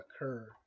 occur